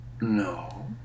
No